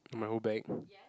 my whole back